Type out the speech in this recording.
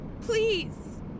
Please